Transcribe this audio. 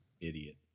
Idiot